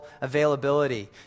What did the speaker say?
availability